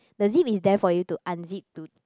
the zip is there for you to unzip to